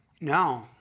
No